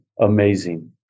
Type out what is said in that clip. Amazing